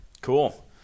Cool